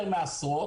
יותר מעשרות.